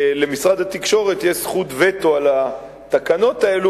למשרד התקשורת יש זכות וטו על התקנות האלה